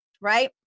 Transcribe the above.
right